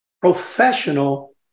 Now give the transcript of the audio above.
professional